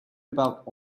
about